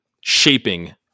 shaping